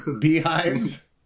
beehives